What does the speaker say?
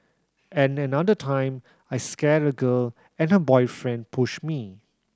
and another time I scared a girl and her boyfriend pushed me